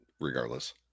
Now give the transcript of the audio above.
regardless